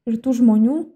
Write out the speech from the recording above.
ir tų žmonių